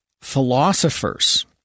philosophers